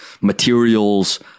materials